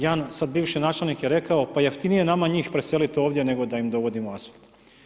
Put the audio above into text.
Jedan sada bivši načelnik je rekao pa jeftinije je nama njih preseliti ovdje, nego da im dovodimo asfalt.